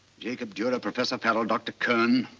jacob durrer, professor fallow, dr. kern